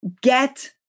get